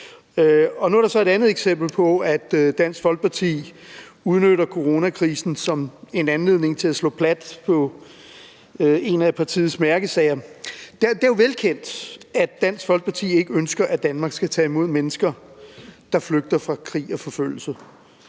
Nu er der så et andet eksempel på, at Dansk Folkeparti udnytter coronakrisen som en anledning til at slå plat på en af partiets mærkesager. Det er jo velkendt, at Dansk Folkeparti ikke ønsker, at Danmark skal tage imod mennesker, der flygter fra krig og forfølgelse,